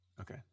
Okay